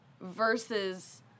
versus